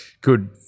good